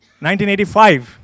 1985